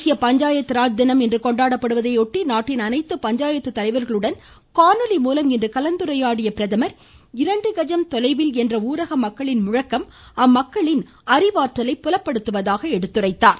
தேசிய பஞ்சாயத்துராஜ் தினம் இன்று கொண்டாடப்படுவதையொட்டி நாட்டின் அனைத்து பஞ்சாயத்து தலைவர்களுடன் காணொலி மூலம் இன்று கலந்துரையாடிய பிரதமா் இரண்டு கஜம் தொலைவில் என்ற ஊரக மக்களின் முழக்கம் அம்மக்களின் அறிவாற்றலை புலப்படுத்துவதாக எடுத்துரைத்தார்